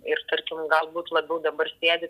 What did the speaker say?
ir tarkim galbūt labiau dabar sėdi